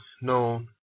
known